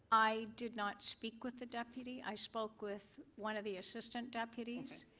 i did not speak with the deputy. i spoke with one of the assistant deputyies.